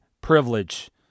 privilege